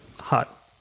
hot